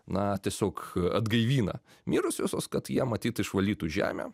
na tiesiog atgaivina mirusiuosius kad jie matyt išvalytų žemę